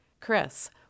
Chris